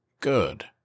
Good